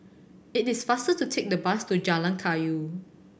it is faster to take the bus to Jalan Kayu